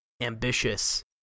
ambitious